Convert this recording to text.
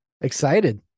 Excited